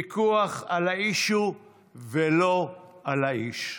ויכוח על ה-issue ולא על האיש.